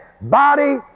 body